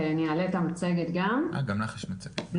שלום לכולם,